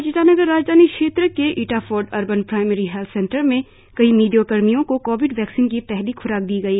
आज ईटानगर राजधानी क्षेत्र के Itafort urban primary health centre में कई मीडिया कर्मियों को कोविड वैक्सिन की पहली ख्राक दी गई